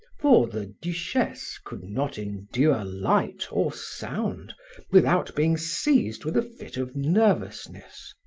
for the duchesse could not endure light or sound without being seized with a fit of nervousness.